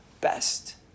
best